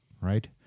right